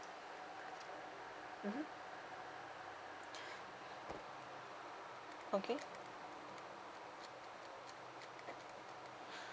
mmhmm okay